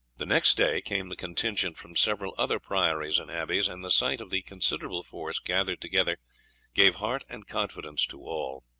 the next day came the contingents from several other priories and abbeys, and the sight of the considerable force gathered together gave heart and confidence to all.